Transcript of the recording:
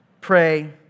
pray